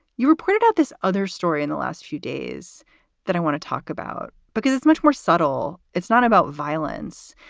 you report about this other story in the last few days that i want to talk about, because it's much more subtle. it's not about violence,